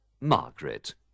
Margaret